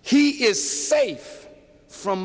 he is safe from